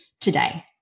today